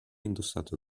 indossato